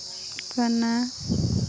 ᱠᱟᱱᱟ